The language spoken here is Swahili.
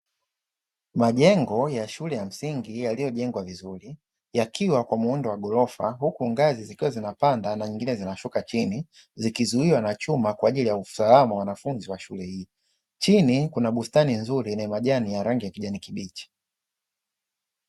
Majengo ya shule ya msingi yaliyojengwa vizuri yakiwa kwa muundo wa ghorofa huku ngazi zikiwa zinapanda na zingine zinashuka chini zikizuiwa na chuma kwa ajili ya usalama wa wanafunzi wa shule hii, chini kuna bustani nzuri yenye majani yenye rangi ya kijani kibichi.